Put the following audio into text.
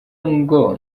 ngo